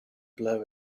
blow